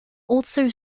also